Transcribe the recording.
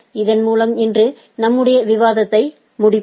இதன் மூலம் இன்று நம்முடைய விவாதத்தை முடிப்போம்